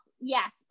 yes